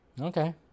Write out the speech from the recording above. Okay